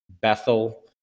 Bethel